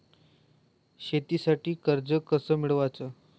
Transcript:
शेतीसाठी कर्ज कस मिळवाच?